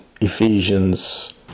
Ephesians